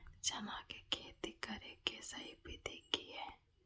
चना के खेती करे के सही विधि की हय?